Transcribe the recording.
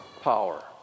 power